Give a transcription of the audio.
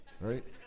Right